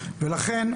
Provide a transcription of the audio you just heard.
ולכן,